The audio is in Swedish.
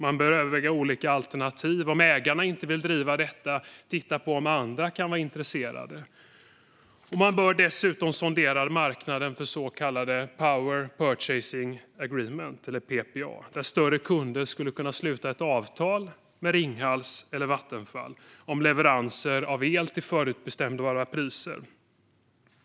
Man bör överväga olika alternativ. Om ägarna inte vill driva dem vidare bör man se om andra kan vara intresserade. Man bör dessutom sondera marknaden för så kallade power purchasing agreements, PPA. Större kunder skulle kunna sluta avtal med Ringhals eller Vattenfall om leveranser av el till förutbestämda priser.